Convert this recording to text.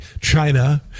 China